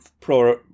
pro